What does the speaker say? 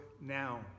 now